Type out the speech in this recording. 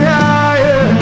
higher